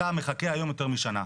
אתה מחכה היום יותר משנה.